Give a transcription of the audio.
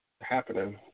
happening